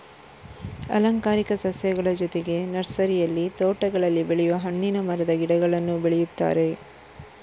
ಅಲಂಕಾರಿಕ ಸಸ್ಯಗಳ ಜೊತೆಗೆ ನರ್ಸರಿಯಲ್ಲಿ ತೋಟಗಳಲ್ಲಿ ಬೆಳೆಯುವ ಹಣ್ಣಿನ ಮರದ ಗಿಡಗಳನ್ನೂ ಬೆಳೆಯುತ್ತಾರೆ